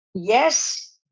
Yes